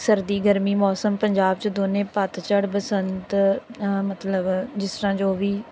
ਸਰਦੀ ਗਰਮੀ ਮੌਸਮ ਪੰਜਾਬ 'ਚ ਦੋਵੇਂ ਪੱਤਝੜ ਬਸੰਤ ਮਤਲਬ ਜਿਸ ਤਰ੍ਹਾਂ ਜੋ ਵੀ